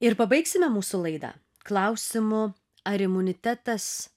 ir pabaigsime mūsų laidą klausimu ar imunitetas